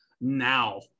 now